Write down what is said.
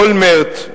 אולמרט,